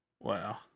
wow